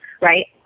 right